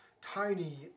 tiny